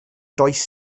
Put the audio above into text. does